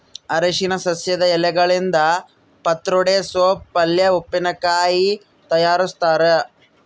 ಅರಿಶಿನ ಸಸ್ಯದ ಎಲೆಗಳಿಂದ ಪತ್ರೊಡೆ ಸೋಪ್ ಪಲ್ಯೆ ಉಪ್ಪಿನಕಾಯಿ ತಯಾರಿಸ್ತಾರ